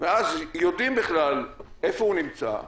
ואז יודעים איפה הוא נמצא,